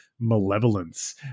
malevolence